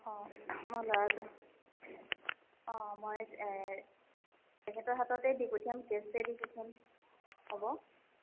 অঁ মই ল'ৰাজন অঁ মই তেখেতৰ হাততে দি পঠিয়াম কেছকে দি পঠিয়াম হ'ব